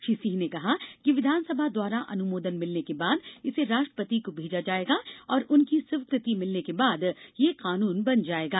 श्री सिंह ने कहा कि विधानसभा द्वारा अनुमोदन मिलने के बाद इसे राष्ट्रपति को भेजा जाएगा और उनकी स्वीकृति मिलने के बाद यह कानून बन जाएगा